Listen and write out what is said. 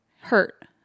Hurt